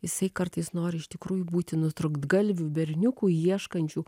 jisai kartais nori iš tikrųjų būti nutrūktgalviu berniuku ieškančiu